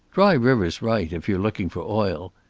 dry river's right, if you're looking for oil!